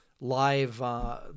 live